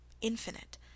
infinite